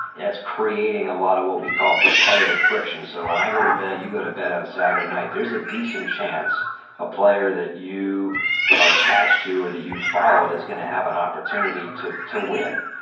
it's creating a lot of what we call competitive friction. so when i go to bed, you go to bed on saturday night, there's a decent chance a player that you are attached to or that you follow is going to have an opportunity to to win.